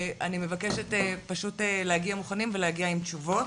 אני מבקשת פשוט להגיע מוכנים ולהגיע עם תשובות.